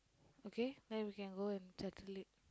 okay then we can go and settle it